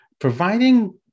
providing